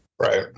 Right